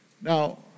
Now